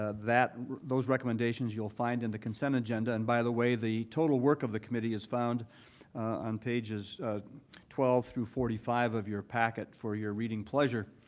ah that those recommendations you'll find in the consent agenda, and by the way, the total work of the committee is found on pages twelve through forty five of your packet for your reading pleasure.